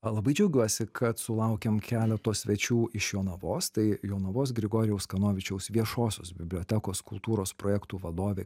labai džiaugiuosi kad sulaukėm keleto svečių iš jonavos tai jonavos grigorijaus kanovičiaus viešosios bibliotekos kultūros projektų vadovė